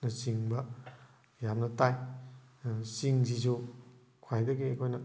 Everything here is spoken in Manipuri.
ꯅꯆꯤꯡꯕ ꯌꯥꯝꯅ ꯇꯥꯏ ꯑꯗꯨꯅ ꯆꯤꯡꯁꯤꯁꯨ ꯈ꯭ꯋꯥꯏꯗꯒꯤ ꯑꯩꯈꯣꯏꯅ